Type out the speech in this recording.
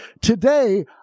Today